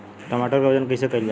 टमाटर क वजन कईसे कईल जाला?